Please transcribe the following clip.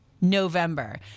November